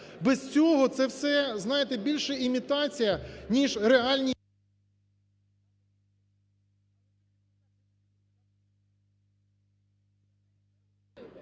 Без цього це все, знаєте, більше імітація ніж реальні…